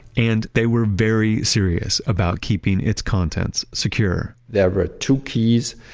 and they were very serious about keeping its contents secure there were ah two keys,